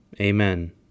Amen